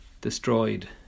destroyed